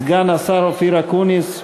סגן השר אופיר אקוניס.